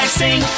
sing